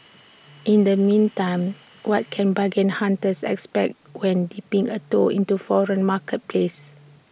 in the meantime what can bargain hunters expect when dipping A toe into foreign marketplaces